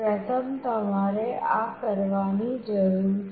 પ્રથમ તમારે આ કરવાની જરૂર છે